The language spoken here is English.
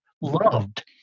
loved